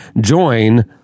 Join